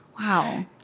Wow